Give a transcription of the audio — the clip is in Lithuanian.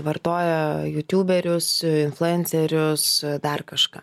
vartoja jutiūberius influencerius dar kažką